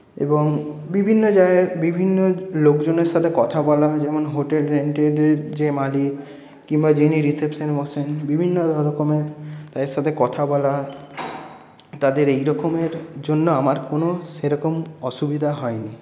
এবং বিভিন্ন জায়গায় বিভিন্ন লোকজনের সাথে কথা বলার জন্য হোটেল রুমটির যে মালিক কিংবা যিনি রিসেপশন বসে বিভিন্ন রকমের তার সাথে কথা বলা তাদের এই রকমের জন্য আমার কোন সেরকম অসুবিধা হয়নি